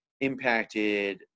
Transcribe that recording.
impacted